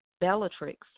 Bellatrix